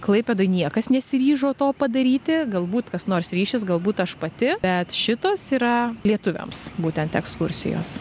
klaipėdoj niekas nesiryžo to padaryti galbūt kas nors ryšis galbūt aš pati bet šitos yra lietuviams būtent ekskursijos